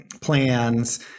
plans